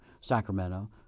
Sacramento